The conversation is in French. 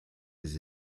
des